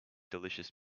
delicious